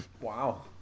Wow